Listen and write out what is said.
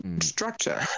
structure